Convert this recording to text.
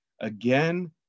again